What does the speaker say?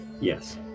Yes